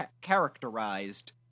characterized